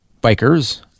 bikers